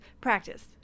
Practice